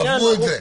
קברו את זה.